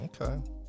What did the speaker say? Okay